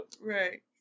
Right